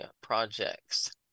projects